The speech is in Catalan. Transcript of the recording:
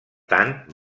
tant